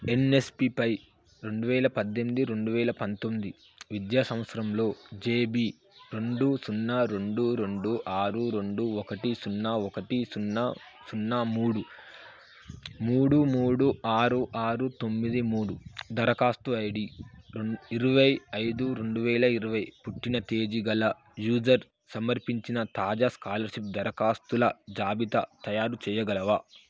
యన్ఎస్పిపై రెండు వేల పద్దెనిమిది రెండు వేల పంతొంది విద్యా సంవత్సరంలో జేబీ రెండు సున్నా రెండు రెండు ఆరు రెండు ఒకటి సున్నా ఒకటి సున్నా ఒకటి సున్నా మూడు మూడు మూడు ఆరు ఆరు తొమ్మిది మూడు దరఖాస్తు ఐడి ఇరవై ఐదు రెండు వేల ఇరవై పుట్టిన తేది గల యూజర్ సమర్పించిన తాజా స్కాలర్షిప్ దరఖాస్తుల జాబితా తయారు చేయగలవా